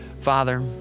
Father